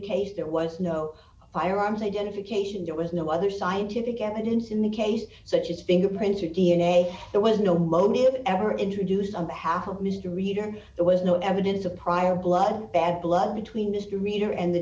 case there was no firearms identification there was no other scientific evidence in the case such as bigger prints or d n a there was no motive ever introduced on behalf of mr reid or there was no evidence of prior blood bad blood between mr reader and the